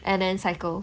and then cycle